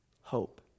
hope